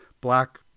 black